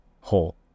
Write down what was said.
hole